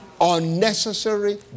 Unnecessary